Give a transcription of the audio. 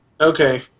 Okay